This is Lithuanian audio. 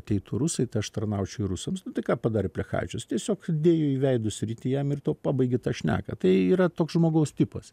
ateitų rusai tai aš tarnaučiau ir rusams nu tai ką padarė plechavičius tiesiog dėjo į veido sritį jam ir tuo pabaigė tą šneką tai yra toks žmogaus tipas